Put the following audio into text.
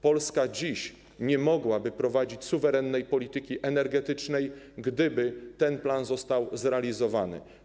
Polska dziś nie mogłaby prowadzić suwerennej polityki energetycznej, gdyby ten plan został zrealizowany.